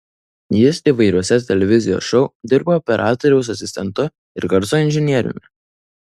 jis įvairiuose televizijos šou dirbo operatoriaus asistentu ir garso inžinieriumi